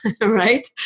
right